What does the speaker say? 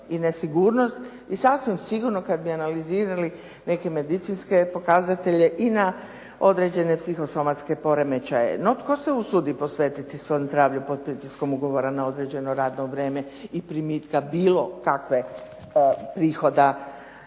i nesigurnost i sasvim sigurno kad bi analizirali neke medicinske pokazatelje i na određene psihosomatske poremećaje. No tko se usudi posvetiti svom zdravlju pod pritiskom ugovora na određeno radno vrijeme i primitka bilo kakvih prihoda